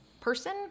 person